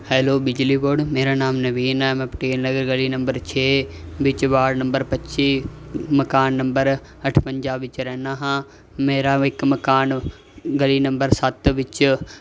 hello ਬਿਜਲੀ board ਮੇਰਾ ਨਾਮ ਨਵੀਨ ਹੈ ਮੈਂ ਪਟੇਲ ਨਗਰ ਗਲੀ ਨੰਬਰ ਛੇ ਵਿੱਚ ਵਾਰਡ ਨੰਬਰ ਪੱਚੀ ਮਕਾਨ ਨੰਬਰ ਅਠਵੰਜਾ ਵਿੱਚ ਰਹਿੰਦਾ ਹਾਂ ਮੇਰਾ ਇੱਕ ਮਕਾਨ ਗਲੀ ਨੰਬਰ ਸੱਤ ਵਿੱਚ